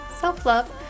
self-love